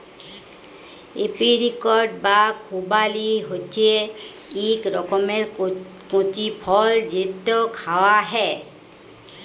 apricot বা খুবালি হছে ইক রকমের কঁচি ফল যেট খাউয়া হ্যয়